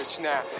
Now